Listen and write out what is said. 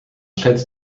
schätzt